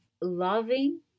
Loving